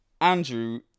Andrew